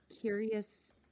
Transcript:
curious